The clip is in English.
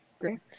great